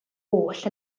oll